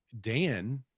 Dan